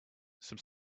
some